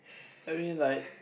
I mean like